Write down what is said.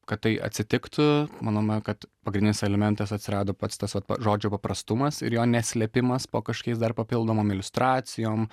kad tai atsitiktų manome kad pagrindinis elementas atsirado pats tas va žodžio paprastumas ir jo neslėpimas po kažkokiais dar papildomom iliustracijom